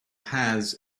has